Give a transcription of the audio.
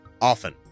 often